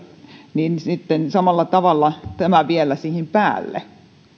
niin sitten tulee samalla tavalla tämä vielä siihen päälle